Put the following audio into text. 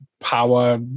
power